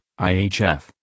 IHF